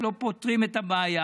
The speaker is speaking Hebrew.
הם לא פותרים את הבעיה,